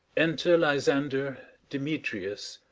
enter lysander, demetrius,